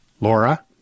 Laura